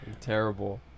Terrible